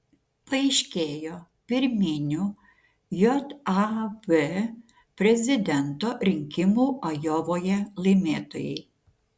paaiškėjo pirminių jav prezidento rinkimų ajovoje laimėtojai